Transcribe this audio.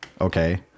okay